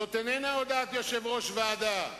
זאת איננה הודעת יושב-ראש ועדה,